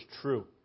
true